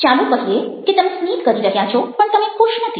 ચાલો કહીએ કે તમે સ્મિત કરી રહ્યા છો પણ તમે ખુશ નથી